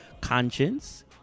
Conscience